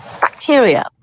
bacteria